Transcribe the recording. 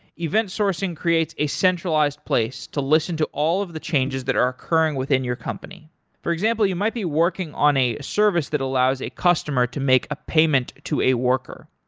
event sourcing creates a centralized place to listen to all of the changes that are occurring within your company for example, you might be working on a service that allows a customer to make a payment to a worker.